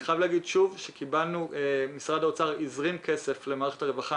אני חייב להגיד שוב שמשרד האוצר הזרים כסף למערכת הרווחה